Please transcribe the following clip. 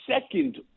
second